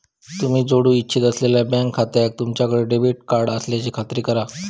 तुम्ही जोडू इच्छित असलेल्यो बँक खात्याक तुमच्याकडे डेबिट कार्ड असल्याची खात्री करा